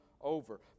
over